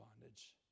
bondage